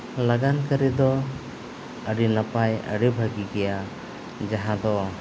ᱞᱟᱜᱟᱱ ᱠᱟᱹᱨᱤ ᱫᱚ ᱟᱹᱰᱤ ᱱᱟᱯᱟᱭ ᱟᱹᱰᱤ ᱵᱷᱟᱹᱜᱤ ᱜᱮᱭᱟ ᱡᱟᱦᱟᱸ ᱫᱚ